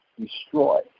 destroy